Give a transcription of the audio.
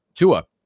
Tua